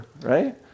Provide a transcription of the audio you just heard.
right